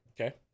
Okay